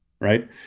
right